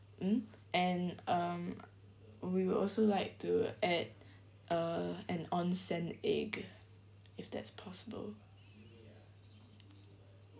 mm and um we will also like to add a an onsen egg if that's possible